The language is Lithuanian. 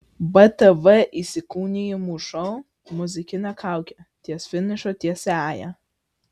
btv įsikūnijimų šou muzikinė kaukė ties finišo tiesiąja